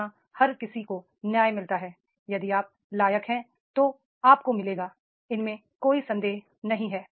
यहां हर किसी को न्याय मिलता है यदि आप लायक हैं तो आपको मिलेगा इसमें कोई संदेह नहीं है